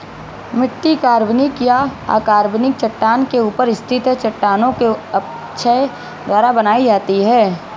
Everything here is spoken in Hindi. मिट्टी कार्बनिक या अकार्बनिक चट्टान के ऊपर स्थित है चट्टानों के अपक्षय द्वारा बनाई जाती है